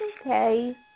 okay